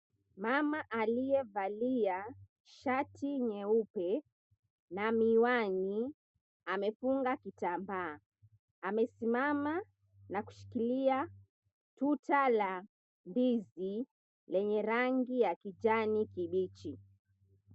Mama aliyevalia shati nyeupe na miwani amefunga kitambaa, amesimama na kushikilia tuta la ndizi lenye rangi ya kijani kibichi.